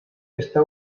está